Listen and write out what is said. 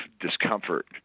discomfort